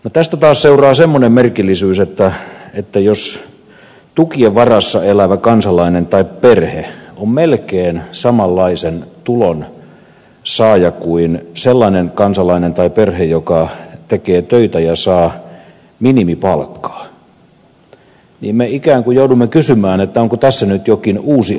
tästä taas seuraa semmoinen merkillisyys että jos tukien varassa elävä kansalainen tai perhe on melkein samanlaisen tulon saaja kuin sellainen kansalainen tai perhe joka tekee töitä ja saa minimipalkkaa niin me ikään kuin joudumme kysymään onko tässä nyt jokin uusi epäkohta